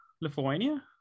Lithuania